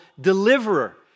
deliverer